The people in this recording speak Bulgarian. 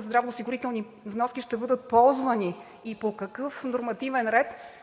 здравноосигурителни вноски ще бъдат ползвани и по какъв нормативен ред